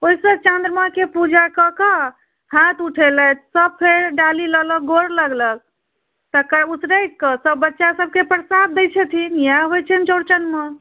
ओहिसँ चन्द्रमाके पूजा कऽ कऽ हाथ उठेलथि सब फेर डाली लए लए गोर लगलक तकर ऊसरगि कऽ सब बच्चा सबके प्रसाद दै छथिन इएह होइत छनि चौरचनमे